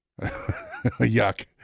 Yuck